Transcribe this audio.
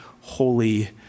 holy